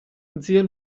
zia